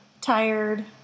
tired